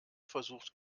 versucht